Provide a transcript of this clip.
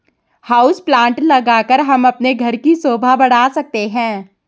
house plant लगाकर हम अपने घर की शोभा बढ़ा सकते हैं